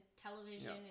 television